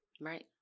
Right